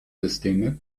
systeme